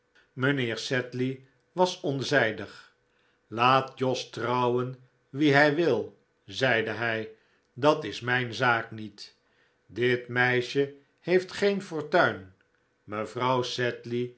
mijnheer sedley was onzijdig laat jos trouwen wie hij wil zeide hij dat is mijn zaak niet dit meisje heeft geen fortuin mevrouw